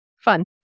Fun